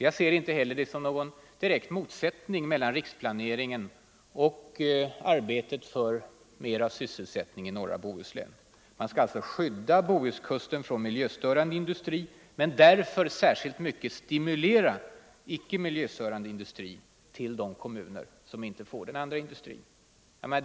Jag ser inte någon motsättning mellan riksplaneringen och arbetet för mer sysselsättning i norra Bohuslän. Vi skall alltså skydda Bohuskusten från miljöstörande industri: därför är det särskilt viktigt att stimulera icke miljöstörande industri att etablera sig i dessa kommuner.